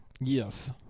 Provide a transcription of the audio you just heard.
Yes